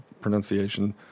pronunciation